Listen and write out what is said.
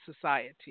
society